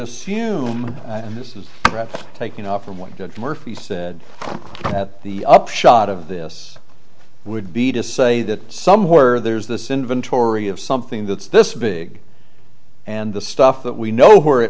assume and this is taking off from one murphy said that the upshot of this would be to say that somewhere there's this inventory of something that's this big and the stuff that we know where it